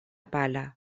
pala